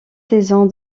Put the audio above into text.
saison